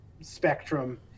spectrum